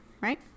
right